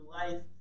life